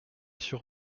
sur